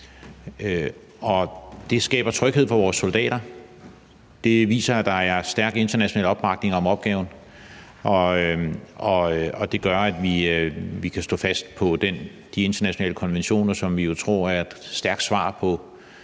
Det skaber tryghed for vores soldater. Det viser, at der er en stærk international opbakning til opgaven, og det gør, at vi kan stå fast på de internationale konventioner, som vi jo tror er et stærkt svar på